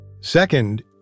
Second